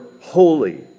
holy